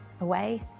away